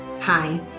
Hi